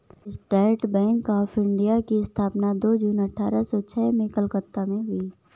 state Bank of India की स्थापना दो जून अठारह सो छह में कलकत्ता में हुई